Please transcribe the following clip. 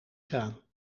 kraan